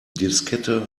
diskette